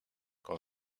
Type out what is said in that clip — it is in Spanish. con